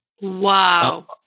Wow